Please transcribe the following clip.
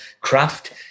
craft